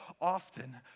often